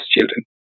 children